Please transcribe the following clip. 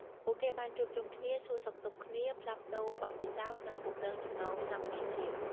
ពួកគេបានជួបជុំគ្នា សួរសុខទុក្ខគ្នា ផ្លាស់ប្តូរបទពិសោធន៍ និងពង្រឹងចំណងសាមគ្គីភាព។